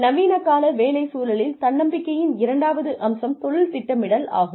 நவீனக் கால வேலை சூழலில் தன்னம்பிக்கையின் இரண்டாவது அம்சம் தொழில் திட்டமிடல் ஆகும்